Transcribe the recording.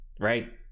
right